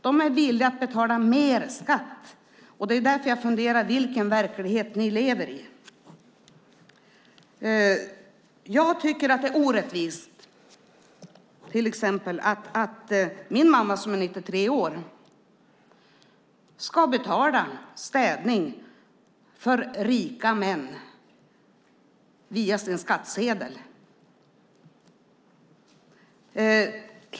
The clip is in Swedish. De är villiga att betala mer skatt. Därför funderar jag över vilken verklighet ni lever i. Jag tycker att det är orättvist att min mamma, som är 93 år, ska betala städning för rika män via sin skattsedel.